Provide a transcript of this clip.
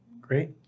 Great